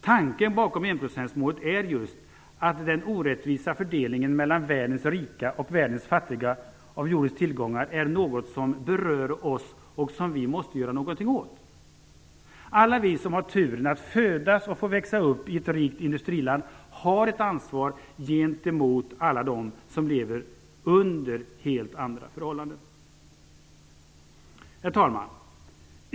Tanken bakom enprocentsmålet är just att den orättvisa fördelningen av jordens tillgångar mellan världens rika och världens fattiga är något som berör oss och som vi måste göra något åt. Alla vi som haft turen att födas och få växa upp i ett rikt industriland har ett ansvar gentemot alla dem som lever under helt andra förhållanden. Herr talman!